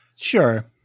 Sure